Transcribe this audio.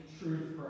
truth